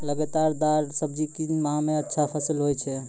लतेदार दार सब्जी किस माह मे अच्छा फलन होय छै?